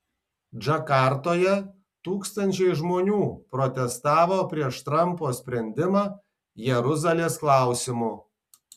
džakartoje tūkstančiai žmonių protestavo prieš trampo sprendimą jeruzalės klausimu